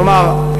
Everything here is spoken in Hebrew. כלומר,